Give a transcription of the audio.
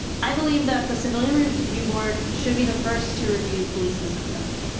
i believe that the civilian review board should be the first to review police misconduct.